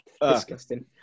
Disgusting